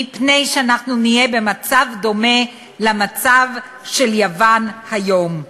מפני שנהיה במצב דומה למצב של יוון היום.